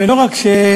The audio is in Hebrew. ואני לא רק תומך,